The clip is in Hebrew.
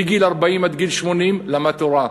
מגיל 40 עד גיל 80 למד תורה,